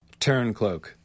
Turncloak